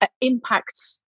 impacts